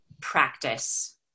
practice